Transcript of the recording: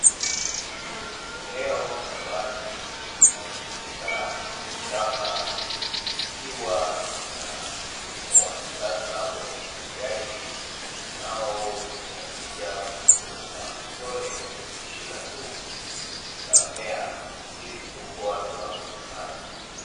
Eneo la wazi linalo tumika kama shamba, likiwa lina mfumo wa kisasa wa umwagiliaji, unaotumia mirija kudondosha matone kwenye shina tu la mmea ili kuokoa kiwango cha maji.